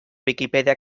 viquipèdia